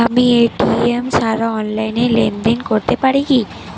আমি এ.টি.এম ছাড়া অনলাইনে লেনদেন করতে পারি কি?